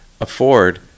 afford